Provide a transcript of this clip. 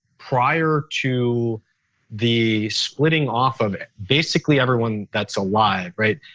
prior to the splitting off of basically everyone that's alive, right?